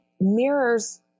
mirrors